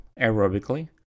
aerobically